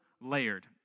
layered